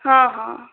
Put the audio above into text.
हाँ हाँ